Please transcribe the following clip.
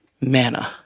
manna